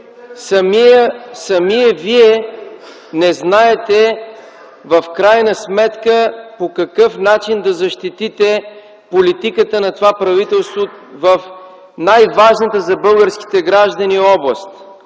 самият Вие не знаете в крайна сметка по какъв начин да защитите политиката на това правителство в най-важната за българските граждани област.